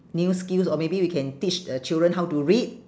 new skills or maybe we can teach the children how to read